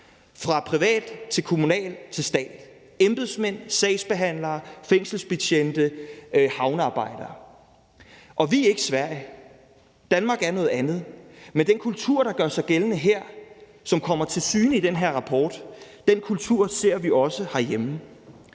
det private til det kommunale til det statslige; embedsmænd, sagsbehandlere, fængselsbetjente, havnearbejdere. Vi er ikke Sverige; Danmark er noget andet. Men den kultur, der gør sig gældende her, og som kommer til syne i den her rapport, ser vi også herhjemme.